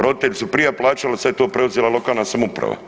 Roditelji su prije plaćali, a sada je to preuzela lokalna samouprava.